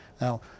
Now